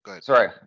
Sorry